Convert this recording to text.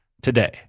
Today